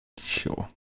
Sure